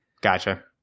gotcha